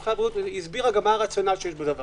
מומחה הבריאות הסבירה מה הרציונל בזה.